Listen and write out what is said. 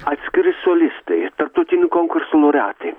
atskiri solistai tarptautinių konkursų laureatai